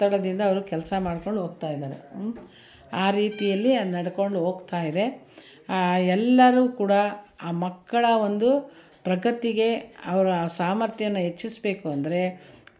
ಒತ್ತಡದಿಂದ ಅವ್ರ ಕೆಲಸ ಮಾಡ್ಕೊಂಡು ಹೋಗ್ತಾ ಇದ್ದಾರೆ ಹ್ಞೂ ಆ ರೀತಿಯಲ್ಲಿ ಆ ನಡ್ಕೊಂಡು ಹೋಗ್ತಾಯಿದೆ ಎಲ್ಲರೂ ಕೂಡ ಆ ಮಕ್ಕಳ ಒಂದು ಪ್ರಗತಿಗೆ ಅವರ ಸಾಮರ್ಥ್ಯನ ಹೆಚ್ಚಿಸ್ಬೇಕು ಅಂದರೆ